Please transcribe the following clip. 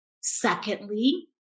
Secondly